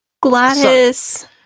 Gladys